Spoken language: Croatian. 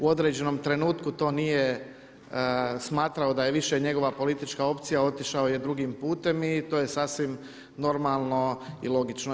U određenom trenutku to nije smatrao da je više njegova politička opcija, otišao je drugim putem i to je sasvim normalno i logično.